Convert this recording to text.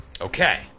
Okay